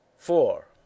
four